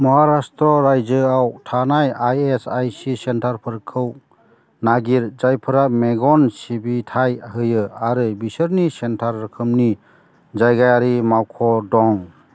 महाराष्ट्र रायजोआव थानाय इएसआइसि सेन्टारफोरखौ नागिर जायफोरा मेगन सिबिथाय होयो आरो बिसोरनि सेन्टार रोखोमनि जायगायारि मावख' दं